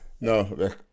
no